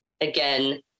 again